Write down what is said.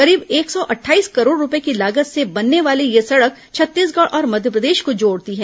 करीब एक सौ अट्ठाईस करोड़ रूपये की लागत से बनने वाली यह सड़क छत्तीसगढ़ और मध्यप्रदेश को जोड़ती है